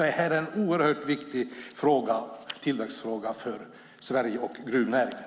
Detta är en oerhört viktig tillväxtfråga för Sverige och för gruvnäringen.